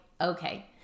okay